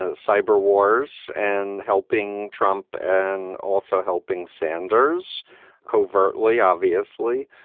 ah cyber wars and helping trump and also helping sanders covertly, obviously.